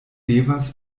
devas